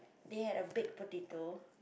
they had a big potato